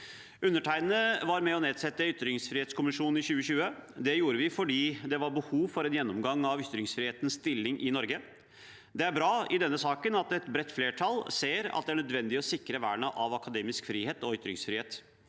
Undertegnede var med på å nedsette ytringsfrihetskommisjonen i 2020. Det gjorde vi fordi det var behov for en gjennomgang av ytringsfrihetens stilling i Norge. Det er bra at et bredt flertall i denne saken ser at det er nødvendig å sikre vernet av akademisk frihet og ytringsfrihet